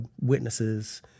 witnesses